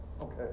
Okay